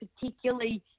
Particularly